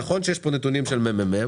נכון שיש פה נתונים של הממ"מ.